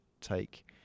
take